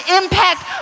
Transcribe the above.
impact